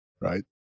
right